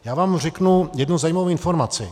Já vám řeknu jednu zajímavou informaci.